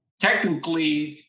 technically